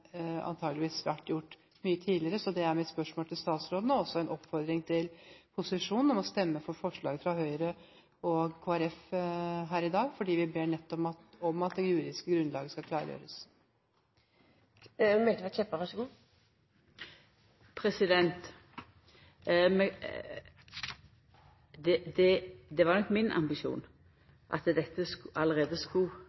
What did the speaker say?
vært gjort mye tidligere. Så det er mitt spørsmål til statsråden, og også en oppfordring til posisjonen om å stemme for forslaget fra Høyre og Kristelig Folkeparti her i dag, nettopp fordi vi ber om at det juridiske grunnlaget skal klargjøres. Det var nok min ambisjon at dette allereie skulle ha vore rydda opp i